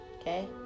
Okay